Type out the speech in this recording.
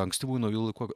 ankstyvųjų naujųjų laikų